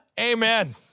Amen